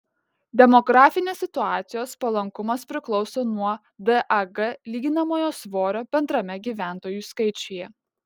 demografinės situacijos palankumas priklauso nuo dag lyginamojo svorio bendrame gyventojų skaičiuje